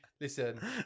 Listen